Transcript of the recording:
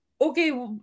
okay